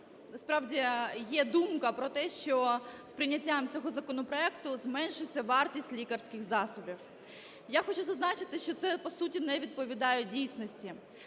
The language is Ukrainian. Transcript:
справді є думка про те, що з прийняттям цього законопроекту зменшиться вартість лікарських засобів. Я хочу зазначити, що це, по суті, не відповідає дійсності.